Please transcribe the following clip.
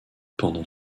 pendant